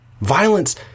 Violence